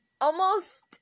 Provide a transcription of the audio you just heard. almost-